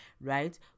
right